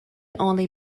only